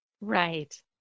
Right